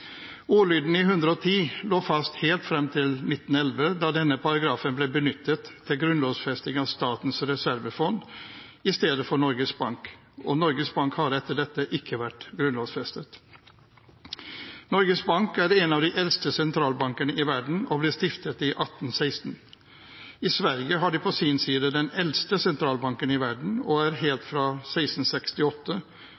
Ordlyden i § 110 lå fast helt frem til 1911 da denne paragrafen ble benyttet til grunnlovfesting av statens reservefond i stedet for Norges Bank. Og Norges Bank har etter dette ikke vært grunnlovfestet. Norges Bank er en av de eldste sentralbankene i verden og ble stiftet i 1816. I Sverige har de på sin side den eldste sentralbanken i verden, helt fra 1668. Sveriges Riksbank har vært grunnlovfestet og